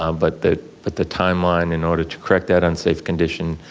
um but the but the timeline, in order to correct that unsafe condition,